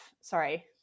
sorry